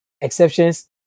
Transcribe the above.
exceptions